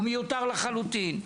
הוא מיותר לחלוטין.